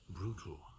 brutal